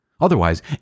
Otherwise